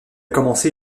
commencé